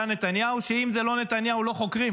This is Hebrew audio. נתניהו שאם זה לא נתניהו לא חוקרים.